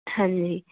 ਹਾਂਜੀ